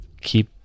keep